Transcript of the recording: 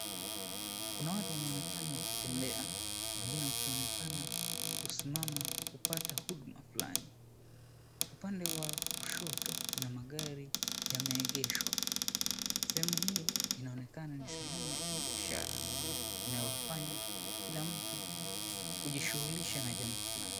Kuna watu wanaonekana wakitembea, wengine wakionekana kusimama kupata huduma fulani. Upande wa kushoto kuna magari yameegeshwa. Sehemu hii inaonekana ni sehemu ya kibiashara, inayofanya kila mtu kujishughulisha na jambo fulani.